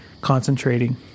concentrating